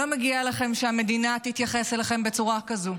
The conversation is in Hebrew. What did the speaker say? לא מגיע לכן שהמדינה תתייחס אליכן בצורה כזו.